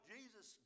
Jesus